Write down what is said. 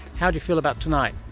how do you feel about tonight?